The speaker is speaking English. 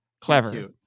clever